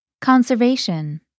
Conservation